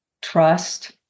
trust